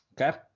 Okay